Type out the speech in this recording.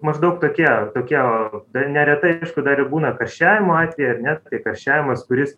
maždaug tokie tokie dar neretai aišku dar ir būna karščiavimo atvejai ar ne tai karščiavimas kuris